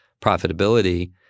profitability